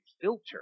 filter